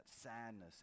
sadness